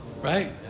Right